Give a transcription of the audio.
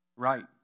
Right